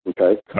Okay